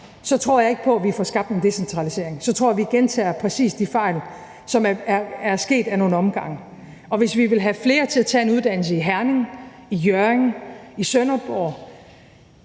så tror jeg ikke på, at vi får skabt en decentralisering. Så tror jeg, at vi gentager præcis de fejl, som er sket ad nogle omgange. Og hvis vi vil have flere til at tage en uddannelse i Herning, i Hjørring, i Sønderborg